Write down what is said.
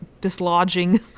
dislodging